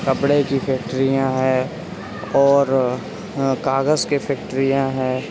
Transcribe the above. کپڑے کی فیکٹریاں ہیں اور کاغذ کی فیکٹریاں ہیں